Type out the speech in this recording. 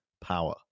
power